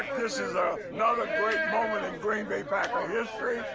this is another great moment in green bay packer history,